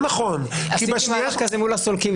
עשיתי דבר כזה מול הסולקים,